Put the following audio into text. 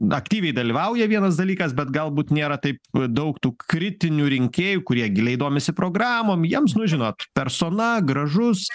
aktyviai dalyvauja vienas dalykas bet galbūt nėra taip daug tų kritinių rinkėjų kurie giliai domisi programom jiems nu žinot persona gražus